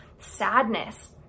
sadness